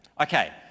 Okay